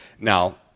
Now